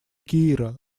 киира